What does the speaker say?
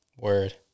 Word